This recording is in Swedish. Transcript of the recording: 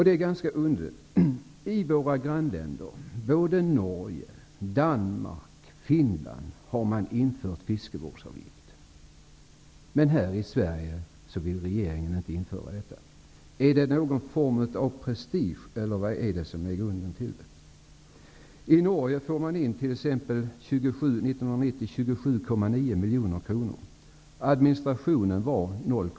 Det är ganska underligt att i våra grannländer, i Norge, i Danmark och i Finland, har man infört fiskevårdsavgifter, men här i Sverige vill regeringen inte införa någon sådan. Är det någon form av prestige, eller vad är det som ligger bakom? I Norge fick man 1990 in 27,9 miljoner kronor.